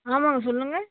ஆமாங்க சொல்லுங்க